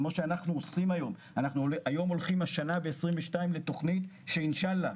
בשנת 2022 אנחנו הולכים לתוכנית שאינשאללה,